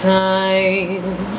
time